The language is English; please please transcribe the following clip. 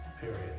period